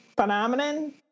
phenomenon